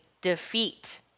defeat